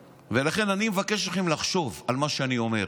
ולכן אני מבקש מכם לחשוב על מה שאני אומר.